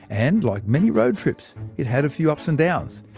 and like many road trips, it had a few ups and downs.